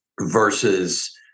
versus